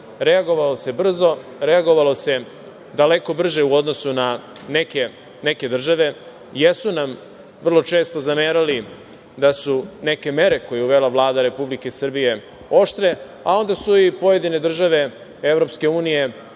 reagovalo se brzo, reagovalo se daleko brže u odnosu na neke države. Jesu nam vrlo često zamerali da su neke mere koje uvele Vlada Republike Srbije oštre, a onda su i pojedine države EU